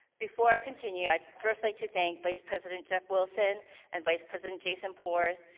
before i continue, i'd first like to thank vice president jeff wilson and vice president jason porth,